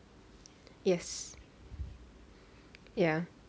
yes ya